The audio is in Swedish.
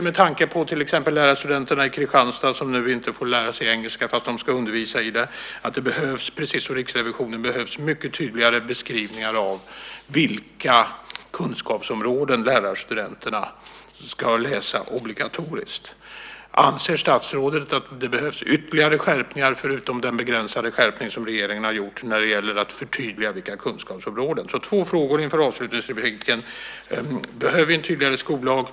Med tanke på till exempel lärarstudenterna i Kristianstad som nu inte får lära sig engelska fast de ska undervisa i ämnet, tycker vi precis som Riksrevisionen att det behövs mycket tydligare beskrivningar av vilka kunskapsområden lärarstudenterna ska läsa obligatoriskt. Anser statsrådet att det behövs ytterligare skärpningar, förutom den begränsade skärpning som regeringen har gjort, för att förtydliga vilka kunskapsområden lärarstudenterna ska studera? Jag har alltså två frågor inför avslutningsinlägget: Behöver vi en tydligare skollag?